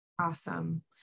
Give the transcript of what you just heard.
Awesome